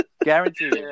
Guaranteed